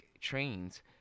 trains